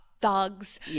thugs